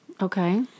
Okay